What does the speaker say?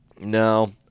no